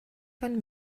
von